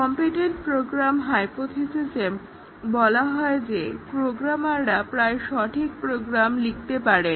competent programmer হাইপোথিসিসে বলা হয় যে প্রোগ্রামাররা প্রায় সঠিক প্রোগ্রাম লিখতে পারেন